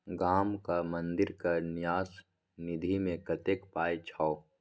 गामक मंदिरक न्यास निधिमे कतेक पाय छौ